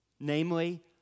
namely